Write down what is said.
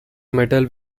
metal